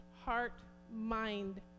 heart-mind